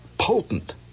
potent